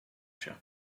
się